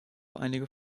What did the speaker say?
einige